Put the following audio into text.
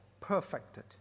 perfected